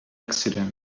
accident